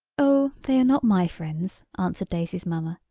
oh, they are not my friends, answered daisy's mamma,